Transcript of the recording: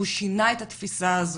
והוא שינה את התפיסה הזו.